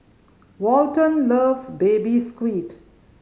Walton loves Baby Squid